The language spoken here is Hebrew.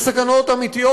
יש סכנות אמיתיות.